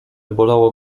bolało